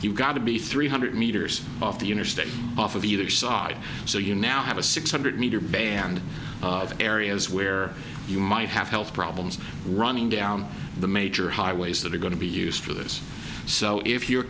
you've got to be three hundred meters off the interstate off of either side so you now have a six hundred meter band of areas where you might have health problems running down the major highways that are going to be used for this so if you're